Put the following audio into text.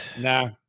Nah